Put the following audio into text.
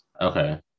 Okay